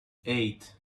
eight